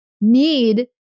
need